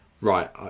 right